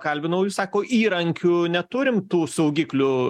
kalbinau jis sako įrankių neturim tų saugiklių